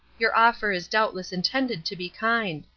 your offer is doubtless intended to be kind.